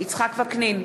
יצחק וקנין,